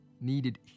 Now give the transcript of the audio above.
needed